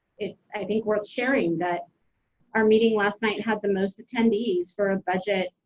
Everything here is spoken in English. it's i think worth sharing that our meeting last night had the most attendees for a budget